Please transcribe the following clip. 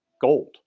gold